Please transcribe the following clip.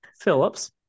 Phillips